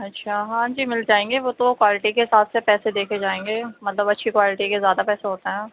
اچھا ہاں جی مل جائیں گے وہ تو کوالٹی کے حساب سے پیسے دیکھیں جائیں گے مطلب اچھی کوالٹی کے زیادہ پیسے ہوتے ہیں